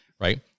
right